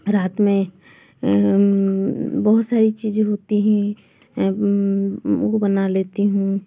रात में बहुत सारी चीज़ें होती हैं वो बना लेती हूँ